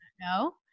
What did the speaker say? No